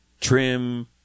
trim